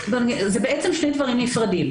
אלה בעצם שני דברים נפרדים.